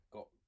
Got